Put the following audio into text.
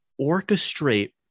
orchestrate